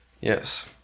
yes